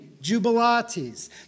jubilates